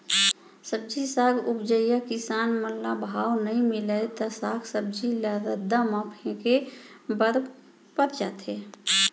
सब्जी साग उपजइया किसान मन ल भाव नइ मिलय त साग सब्जी ल रद्दा म फेंके बर पर जाथे